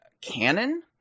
canon